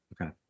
Okay